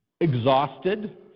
exhausted